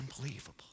unbelievable